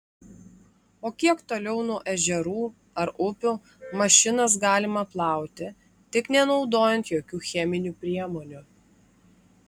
o kiek toliau nuo ežerų ar upių mašinas galima plauti tik nenaudojant jokių cheminių priemonių